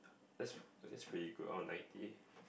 that's that's pretty good oh ninety